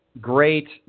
great